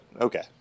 okay